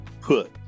put